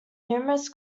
numerous